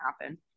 happen